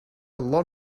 lot